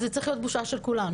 זו צריכה להיות הבושה של כולנו.